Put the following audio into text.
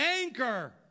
anchor